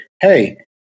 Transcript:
Hey